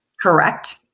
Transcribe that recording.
Correct